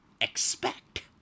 expect